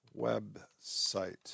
website